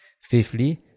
Fifthly